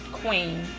queen